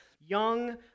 young